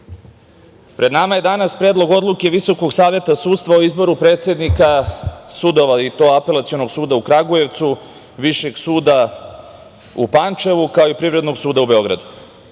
pred nama je danas Predlog odluke Visokog saveta sudstva o izboru predsednika sudova, i to Apelacionog suda u Kragujevcu, Višeg suda u Pančevu, kao i Privrednog suda u Beogradu.